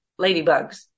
Ladybugs